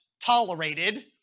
tolerated